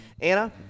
Anna